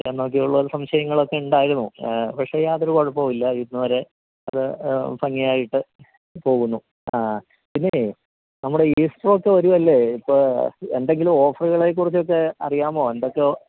എന്നൊക്കെയുള്ള ഒരു സംശയങ്ങളൊക്കെ ഉണ്ടായിരുന്നു പക്ഷെ യാതൊരു കുഴപ്പവും ഇല്ല ഇതുവരെ അത് ഭംഗിയായിട്ട് പോകുന്നു ആ പിന്നേ നമ്മുടെ ഈസ്റ്ററൊക്കെ വരികയല്ലെ ഇപ്പം എന്തെങ്കിലും ഓഫറുകളെ കുറിച്ചൊക്കെ അറിയാമോ എന്തൊക്കെ